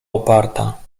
uparta